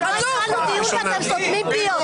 אנחנו לא התחלנו דיון, ואתם סותמים פיות.